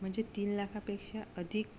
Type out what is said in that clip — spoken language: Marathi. म्हणजे तीन लाखापेक्षा अधिक